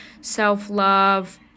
self-love